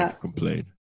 complain